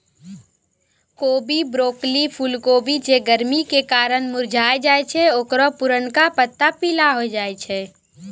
कोबी, ब्रोकली, फुलकोबी जे गरमी के कारण मुरझाय जाय छै ओकरो पुरनका पत्ता पीला होय जाय छै